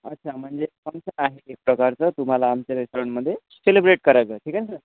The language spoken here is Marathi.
अच्छा म्हणजे प्रकारचं तुम्हाला आमच्या रेस्टॉरंटमध्ये सिलिब्रेट करायचंय ठीक आहे सर